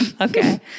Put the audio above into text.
Okay